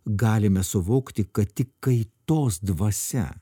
galime suvokti kad tik kaitos dvasia